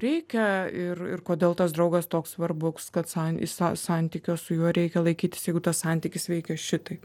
reikia ir ir kodėl tas draugas toks svarbuks kad san i sa santykio su juo reikia laikytis jeigu tas santykis veikia šitaip